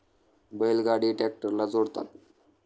बैल गाडी ट्रॅक्टरला जोडतात